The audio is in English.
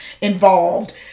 involved